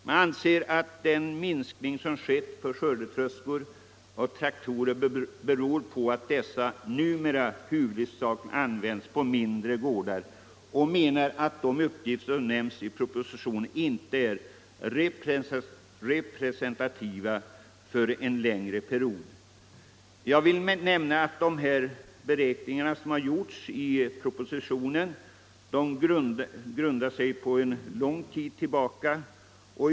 Man anser att den minskning som skett för skördetröskor och traktorer beror på att dessa numera huvudsakligen används på mindre gårdar, och man menar att de uppgifter som finns i propositionen inte är representativa för en längre period. Jag vill nämna att dessa beräkningar som gjorts i propositionen grundar sig på en lång tid.